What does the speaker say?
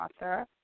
author